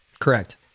Correct